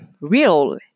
real